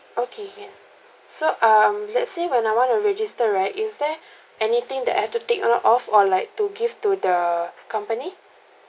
okay can so um let's say when I want to register right is there anything that I have to take note of or like to give to the company